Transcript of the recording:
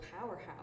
powerhouse